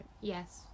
Yes